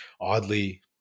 oddly